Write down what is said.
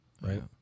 right